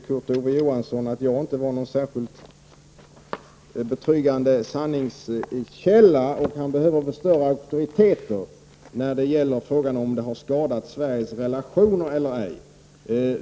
Kurt Ove Johansson ansåg inte mig vara en särskilt betryggande sanningskälla utan behövde uttalanden från större auktoriteter i frågan om dessa vapenaffärer hade skadat Sveriges relationer eller ej.